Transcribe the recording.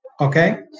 Okay